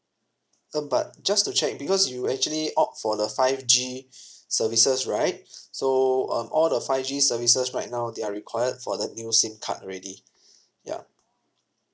uh but just to check because you actually opt for the five G services right so um all the five G services right now they are required for the new SIM card already ya